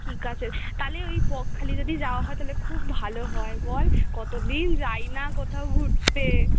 ঠিক আছে তালে ওই বকখালি যদি যাওয়া হয় তালে খুব ভালো হয় বল কতদিন যাই না কোথাও ঘুরতে